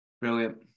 Brilliant